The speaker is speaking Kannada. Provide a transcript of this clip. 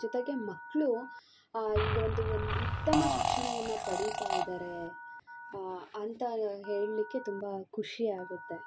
ಜೊತೆಗೆ ಮಕ್ಕಳು ಈಗ ಒಂದು ಒಂದು ಉತ್ತಮ ಶಿಕ್ಷಣವನ್ನು ಪಡಿತಾ ಇದ್ದಾರೆ ಅಂತಾ ಹೇಳಲಿಕ್ಕೆ ತುಂಬ ಖುಷಿ ಆಗುತ್ತೆ